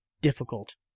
difficult